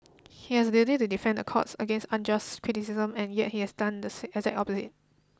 he has a duty to defend the courts against unjust criticism and yet he has done the seat as an opposite